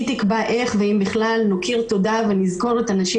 היא תקבע איך ואם בכלל נוקיר תודה ונזכיר את הנשים